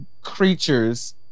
creatures